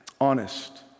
honest